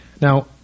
Now